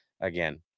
Again